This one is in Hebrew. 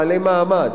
בעלי מעמד.